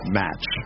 match